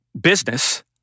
business